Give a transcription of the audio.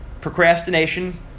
Procrastination